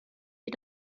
wie